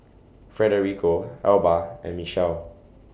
Federico Elba and Michele